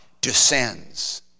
descends